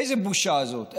איזו בושה זאת.